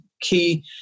key